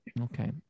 okay